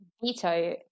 veto